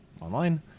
online